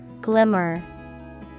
Glimmer